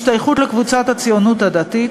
השתייכות לקבוצת הציונות הדתית,